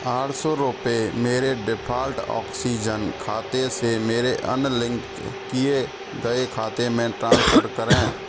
आठ सौ रुपये मेरे डिफ़ॉल्ट ऑक्सीजन खाते से मेरे अन्य लिंक किए गए खाते में ट्रांसफ़र करें